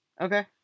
Okay